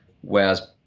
whereas